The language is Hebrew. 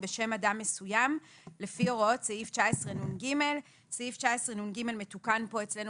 בשם אדם מסוים לפי הוראות סעיף 19נג. סעיף 19נג מתוקן כאן אצלנו